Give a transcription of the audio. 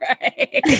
right